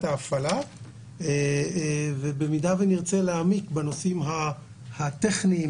ההפעלה ובמידה ונרצה להעמיק בנושאים הטכניים